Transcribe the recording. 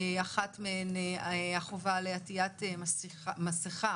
אחת מהן החובה לעטיית מסכה